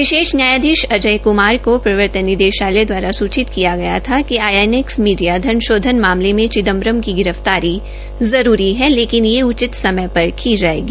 विशेष न्यायाधीश संजय क्मार को प्रवर्तन निदेशालय दवारा सूचित किया गया था आईएनएकस मीडिया धन शोधन मामले मे चिदम्बरम की गिर फ्तारी जरूरी है लेकिन ये उचित समय पर की जायेगी